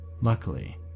Luckily